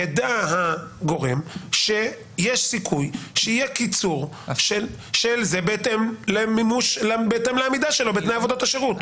ידע הגורם שיש סיכוי שיהיה קיצור בהתאם לעמידה שלו בתנאי עבודות השירות.